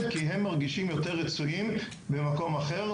כי הם מרגישים יותר רצויים במקום אחר,